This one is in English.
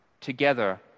together